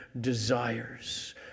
desires